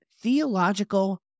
theological